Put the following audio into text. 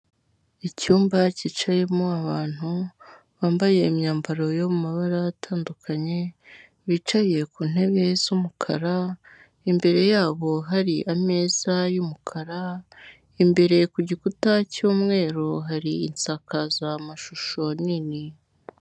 Icyumba cyicayemo abantu bambaye imyambaro yo mu mabara atandukanye bicaye ku ntebe z'umukara, imbere yabo hari ameza y'umukara, imbere ku gikuta cy'umweru hari insakazamashusho nini.